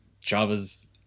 Java's